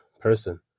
person